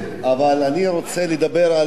אבל אני רוצה לדבר על זה,